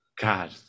God